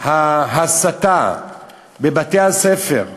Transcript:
ההסתה בבתי-הספר,